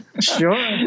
Sure